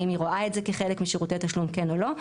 האם היא רואה את זה כחלק משירותי תשלום כן או לא?